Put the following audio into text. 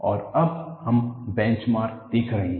और अब हम बेंचमार्क देख रहे हैं